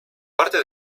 parte